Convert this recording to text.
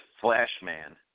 Flashman